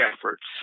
efforts